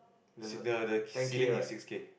the the ceiling is six K